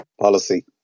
Policy